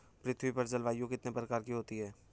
पृथ्वी पर जलवायु कितने प्रकार की होती है?